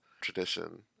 tradition